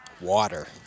Water